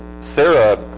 Sarah